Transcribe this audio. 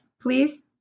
please